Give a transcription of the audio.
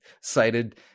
cited